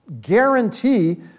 guarantee